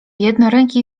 jednoręki